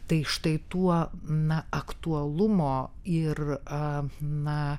tai štai tuo na aktualumo ir a na